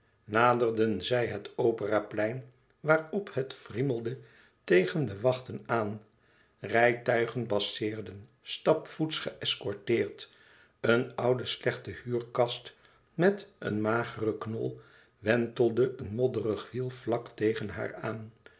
naderden zij het opera plein waarop het wriemelde tegen de wachten aan rijtuigen passeerden stapvoets geëscorteerd een oude slechte huurkast met een mageren knol wentelde een modderig wiel vlak tegen haar aan